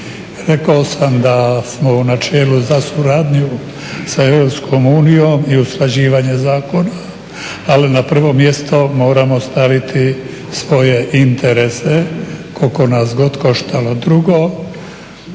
Rekao sam da smo u načelu za suradnju sa Europskom unijom i usklađivanje zakona, ali na prvo mjesto moramo staviti svoje interese koliko god nas koštalo. Drugo,